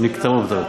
נקטום אותן.